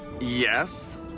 Yes